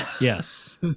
Yes